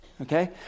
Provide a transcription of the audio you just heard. okay